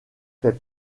fait